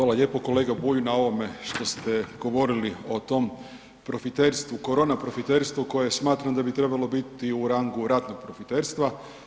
Hvala lijepo kolega Bulj na ovome što ste govorili o tom profiterstvu, korona profiterstvu koje smatram da bi trebao biti u rangu ratnog profiterstva.